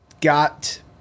got